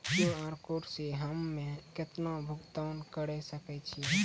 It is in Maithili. क्यू.आर कोड से हम्मय केतना भुगतान करे सके छियै?